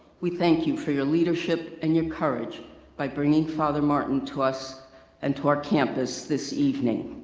we thank you for your leadership and your courage by bringing father martin to us and to our campus this evening.